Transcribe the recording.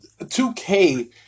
2K